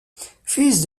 fils